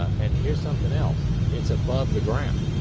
and here's something else. it's above the ground.